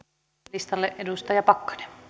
listalle arvoisa